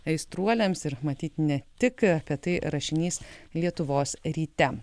aistruoliams ir matyt ne tik apie tai rašinys lietuvos ryte